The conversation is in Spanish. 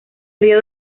río